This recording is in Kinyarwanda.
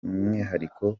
umwihariko